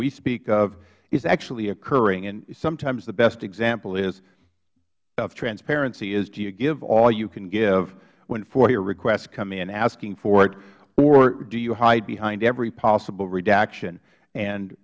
we speak of is actually occurring and sometimes the best example of transparency is do you give all you can give when foia requests come in asking for it or do you hide behind every possible redaction and